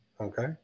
Okay